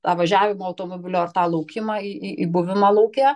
tą važiavimo automobiliu ar tą laukimą į į buvimą lauke